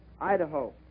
Idaho